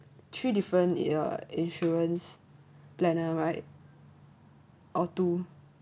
three different your insurance planner right or two